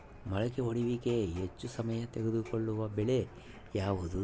ಮೊಳಕೆ ಒಡೆಯುವಿಕೆಗೆ ಹೆಚ್ಚು ಸಮಯ ತೆಗೆದುಕೊಳ್ಳುವ ಬೆಳೆ ಯಾವುದು?